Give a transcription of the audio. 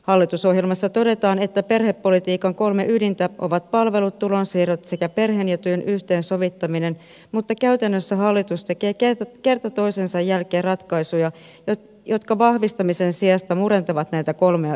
hallitusohjelmassa todetaan että perhepolitiikan kolme ydintä ovat palvelut tulonsiirrot sekä perheen ja työn yhteensovittaminen mutta käytännössä hallitus tekee kerta toisensa jälkeen ratkaisuja jotka vahvistamisen sijasta murentavat näitä kolmea ydintä